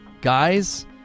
Guys